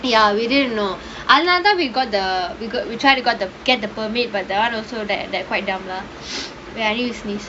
ya we didn't know அதனால தான்:athanaala thaan we got the we trying to got the get the permit but that [one] also that that quite dumb lah need to sneeze